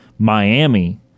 Miami